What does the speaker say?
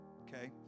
Okay